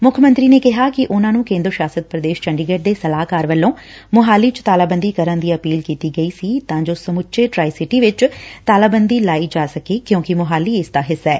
ਮੁੱਖ ਮੰਤਰੀ ਨੇ ਕਿਹਾ ਕਿ ਉਨਾਂ ਨੂੰ ਕੇਂਦਰ ਸ਼ਾਸਤ ਪ੍ਰਦੇਸ਼ ਚੰਡੀਗੜ ਦੇ ਸਲਾਹਕਾਰ ਵੱਲੋਂ ਮੁਹਾਲੀ ਚ ਤਾਲਾਬੰਦੀ ਕਰਨ ਦੀ ਅਪੀਲ ਕੀਤੀ ਗਈ ਸੀ ਤਾ ਜੋ ਸਮੁੱਚੇ ਟਰਾਈਸਿਟੀ ਵਿਚ ਤਾਲਾਬੰਦੀ ਲਾਈ ਜਾ ਸਕੇ ਕਿਉਕਿ ਮੁਹਾਲੀ ਇਸ ਦਾ ਹਿੱਸਾ ਏ